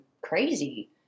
crazy